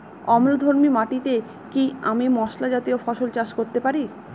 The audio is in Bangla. অম্লধর্মী মাটিতে কি আমি মশলা জাতীয় ফসল চাষ করতে পারি?